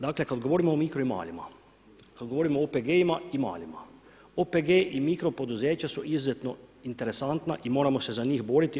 Dakle, kad govorimo o mikro i malima, kad govorimo o OPG-ima i malima OPG i mikro poduzeća su izuzetno interesantna i moramo se za njih boriti.